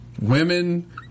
Women